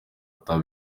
abana